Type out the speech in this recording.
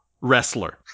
wrestler